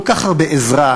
כל כך הרבה עזרה,